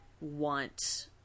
want